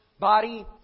body